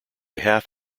half